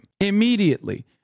Immediately